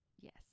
Yes